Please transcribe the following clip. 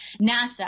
NASA